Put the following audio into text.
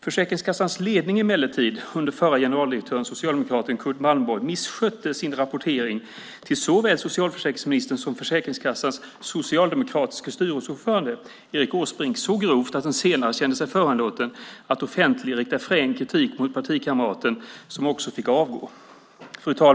Försäkringskassans ledning emellertid, under förra generaldirektören socialdemokraten Curt Malmborg, misskötte sin rapportering till såväl socialförsäkringsministern som Försäkringskassans socialdemokratiske styrelseordförande Erik Åsbrink så grovt att den senare kände sig föranlåten att offentligt rikta frän kritik mot partikamraten som också fick avgå.